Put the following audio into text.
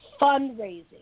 fundraising